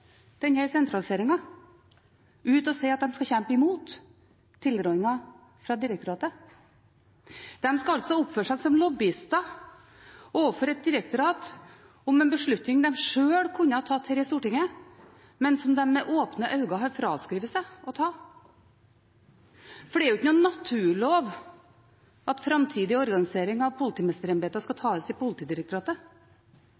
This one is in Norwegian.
ut og sier at de skal kjempe imot tilrådinga fra direktoratet. De skal altså oppføre seg som lobbyister overfor et direktorat om en beslutning de selv kunne tatt her i Stortinget, men som de med åpne øyne har fraskrevet seg å ta. For det er jo ikke en naturlov at framtidig organisering av politimesterembetene skal tas i Politidirektoratet.